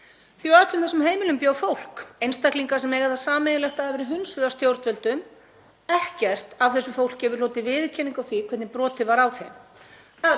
á öllum þessum heimilum bjó fólk, einstaklingar sem eiga það sameiginlegt að hafa verið hunsaðir af stjórnvöldum. Ekkert af þessu fólki hefur hlotið viðurkenningu á því hvernig brotið var á þeim. Öll